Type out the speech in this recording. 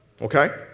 Okay